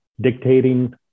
dictating